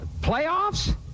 playoffs